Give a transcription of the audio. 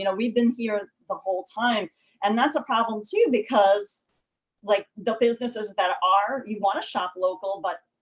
you know we've been here the whole time and that's a problem too because like the businesses that are you want to shop local but,